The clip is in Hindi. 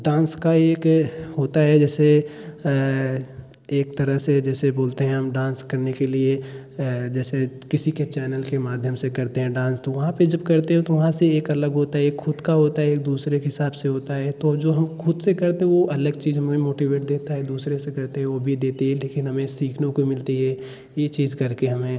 डान्स का एक होता है जैसे एक तरह जैसे बोलते हैं हम डान्स करने के लिए जैसे किसी के चैनल के माध्यम से करते हैं डान्स तो वहाँ पर जब करते हैं तो वहाँ से एक अलग होता है एक खुद का होता है एक दूसरे के हिसाब से होता है तो जो हम खुद से करते हैं वह अलग चीज़ हमें मोटिवेट देता है दूसरे से कहते है वह भी देते हैं लेकिन हमें सीखने को मिलती है यह चीज़ करके हमें